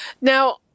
Now